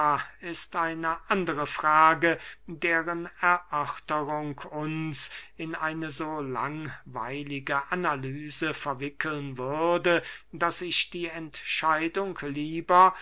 ist eine andere frage deren erörterung uns in eine so langweilige analyse verwickeln würde daß ich die entscheidung lieber